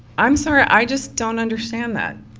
i'm sorry, i just don't understand that.